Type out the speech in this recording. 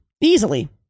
easily